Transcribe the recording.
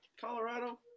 Colorado